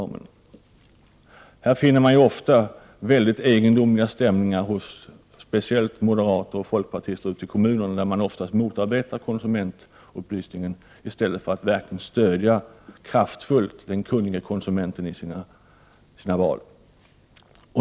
På den punkten finner man ofta egendomliga stämningar hos speciellt moderater och folkpartister ute i kommunerna, där de oftast motarbetar konsumentupplysningen i stället för att verkligt kraftfullt stödja den kunnige konsumenten i dennes val.